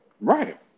Right